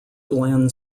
glenn